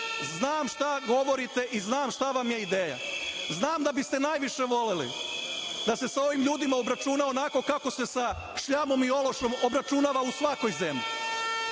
šta govorite i šta vam je ideja. Znam da biste najviše voleli da se sa ovim ljudima obračuna onako kako se sa šljamom i ološem obračunava u svakoj zemlji.